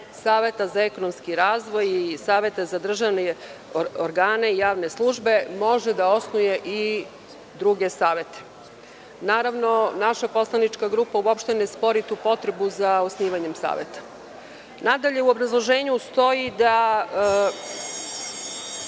Saveta za ekonomski razvoj i Saveta za državne organe i javne službe može da osnuje i druge savete. Naravno, naša poslanička grupa uopšte ne spori tu potrebu za osnivanjem Saveta. Nadalje, u obrazloženju stoji da